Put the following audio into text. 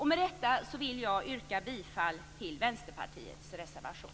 Med detta yrkar jag bifall till Vänsterpartiets reservation.